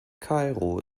kairo